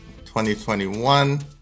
2021